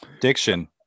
Diction